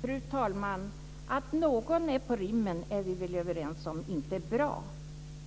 Fru talman! Vi är väl överens om att det inte är bra